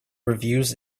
reviews